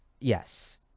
Yes